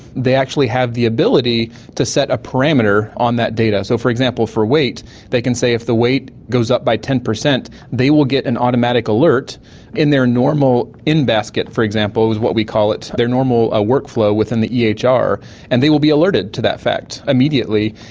they actually have the ability to set a parameter on that data. so for example for weight they can say if the weight goes up by ten percent they will get an automatic alert in their normal in-basket, for example, is what we call it, their normal ah workflow within the ehr, and they will be alerted to that fact immediately.